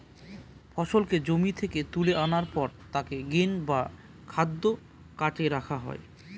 ফসলকে জমি থেকে তুলে আনার পর তাকে গ্রেন বা খাদ্য কার্টে রাখা হয়